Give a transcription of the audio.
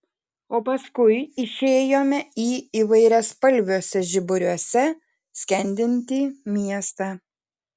o paskui išėjome į įvairiaspalviuose žiburiuose skendintį miestą